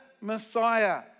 Messiah